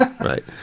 right